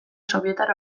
sobietar